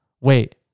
Wait